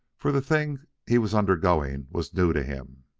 for the thing he was undergoing was new to him.